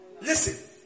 Listen